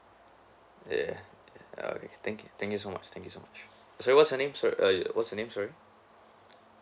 ya ya ya ya okay thank you thank you so much thank you so much so what's your name sor~ err what's your name sorry